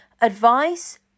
advice